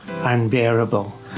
unbearable